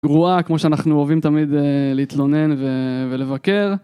גרועה כמו שאנחנו אוהבים תמיד להתלונן ולבקר